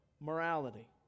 morality